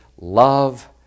love